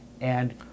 and-